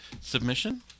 submission